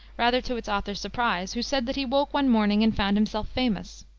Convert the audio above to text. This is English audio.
rather to its author's surprise, who said that he woke one morning and found himself famous.